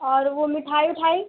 और वो मिठाई ओठाई